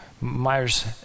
Myers